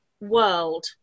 world